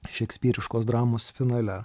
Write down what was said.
šekspyriškos dramos finale